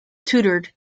tutored